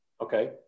Okay